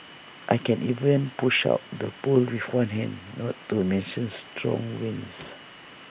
I can even push out the poles with one hand not to mention strong winds